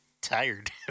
tired